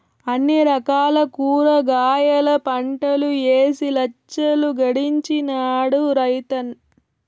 అన్ని రకాల కూరగాయల పంటలూ ఏసి లచ్చలు గడించినాడ మన రాజన్న